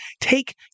take